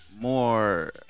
More